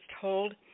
told